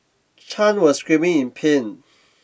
Chan was screaming in pain